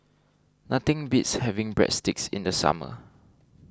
nothing beats having Breadsticks in the summer